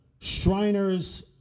Shriners